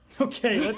Okay